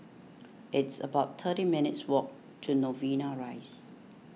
it's about thirty minutes' walk to Novena Rise